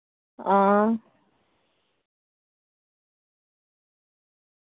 हां